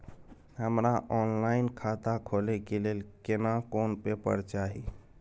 हमरा ऑनलाइन खाता खोले के लेल केना कोन पेपर चाही?